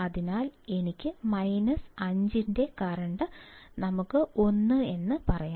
അതിനാൽ എനിക്ക് 5 ന്റെ കറന്റ് നമുക്ക് 1 എന്ന് പറയാം